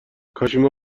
کاشیما